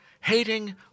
hating